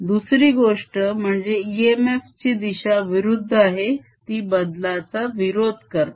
दुसरी गोष्ट म्हणजे इएमएफ ची दिशा विरुद्ध आहे ती बदलाचा विरोध करते